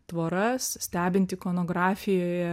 tvoras stebint ikonografijoje